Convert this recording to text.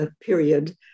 period